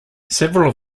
several